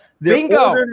Bingo